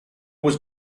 was